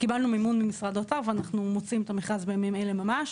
קיבלנו מימון ממשרד האוצר ואנחנו מוציאים את המכרז בימים אלה ממש.